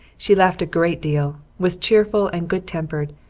she laughed a great deal, was cheerful and good-tempered,